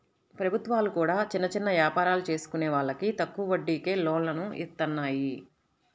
ప్రభుత్వాలు కూడా చిన్న చిన్న యాపారాలు చేసుకునే వాళ్లకి తక్కువ వడ్డీకే లోన్లను ఇత్తన్నాయి